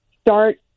start